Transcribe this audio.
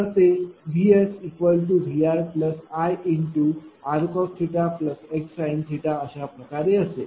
तर ते VSVRIr cos x sin अशाप्रकारे असेल